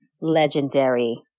legendary